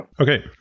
Okay